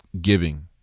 giving